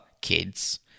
kids